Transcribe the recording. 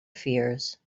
fears